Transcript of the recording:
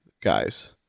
guys